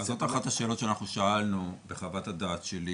אז זאת אחת השאלות שאנחנו שאלנו בחוות הדעת שלי,